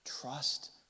trust